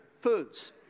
foods